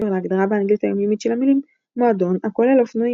להגדרה באנגלית היומיומית של המילים - מועדון הכולל אופנועים,